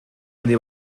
handi